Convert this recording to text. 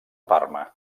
parma